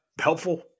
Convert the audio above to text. helpful